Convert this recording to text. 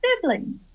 siblings